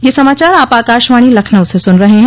ब्रे क यह समाचार आप आकाशवाणी लखनऊ से सून रहे हैं